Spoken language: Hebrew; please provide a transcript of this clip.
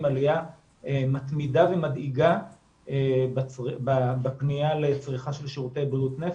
עלייה מתמידה ומדאיגה בפנייה לצריכה של שירותי בריאות נפש.